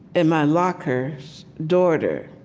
and my locker's daughter